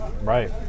Right